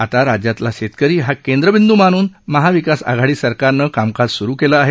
आता राज्यातील शेतकरी हा केंद्रबिंद् मानून महा विकास आघाडी सरकारने कामकाज सुरू केले आहे